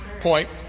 point